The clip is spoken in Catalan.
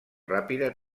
ràpida